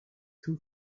two